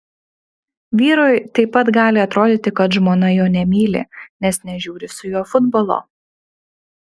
vyrui taip pat gali atrodyti kad žmona jo nemyli nes nežiūri su juo futbolo